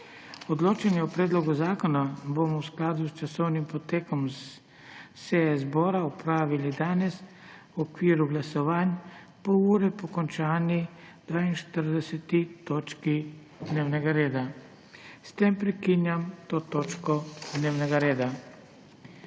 Odločanje o predlogu zakona bomo v skladu s časovnim potekom seje zbora opravili danes, v okviru glasovanj, pol ure po končani 42. točki dnevnega reda. S tem prekinjam to točko dnevnega reda.